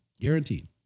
guaranteed